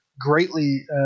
greatly